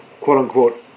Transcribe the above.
quote-unquote